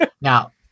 Now